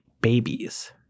babies